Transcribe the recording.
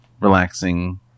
relaxing